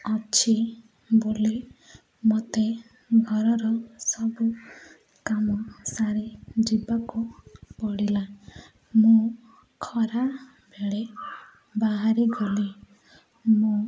ଅଛି ବୋଲି ମୋ ମୋତେ ଘରର ସବୁ କାମ ସାରି ଯିବାକୁ ପଡ଼ିଲା ମୁଁ ଖରାବେଳେ ବାହାରି ଗଲି ମୁଁ